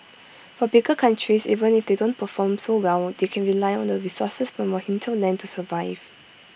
for bigger countries even if they don't perform so well they can rely on the resources from your hinterland to survive